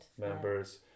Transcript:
members